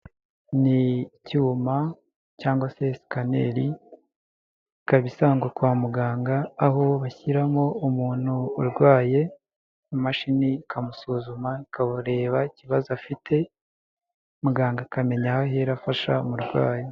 Ni icyuma cyangwa sikanali, ikaba isangwa kwa muganga, aho bashyiramo umuntu urwaye, imashini ikamusuzuma, bakabareba ikibazo afite, muganga akamenya aho ahera afasha umurwayi.